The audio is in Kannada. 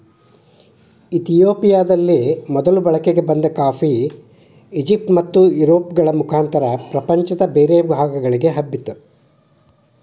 ಇತಿಯೋಪಿಯದಲ್ಲಿ ಮೊದಲು ಬಳಕೆಗೆ ಬಂದ ಕಾಫಿ, ಈಜಿಪ್ಟ್ ಮತ್ತುಯುರೋಪ್ಗಳ ಮುಖಾಂತರ ಪ್ರಪಂಚದ ಬೇರೆ ಭಾಗಗಳಿಗೆ ಹಬ್ಬಿತು